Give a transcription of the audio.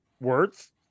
words